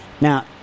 Now